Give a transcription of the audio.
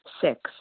Six